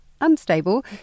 Unstable